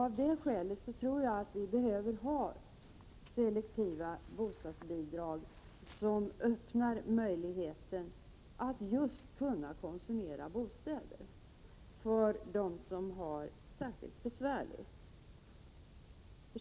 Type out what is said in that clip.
Av det skälet tror jag vi behöver ha selektiva bostadsbidrag, som öppnar möjlighet för dem som har det särskilt besvärligt att just kunna konsumera bostäder.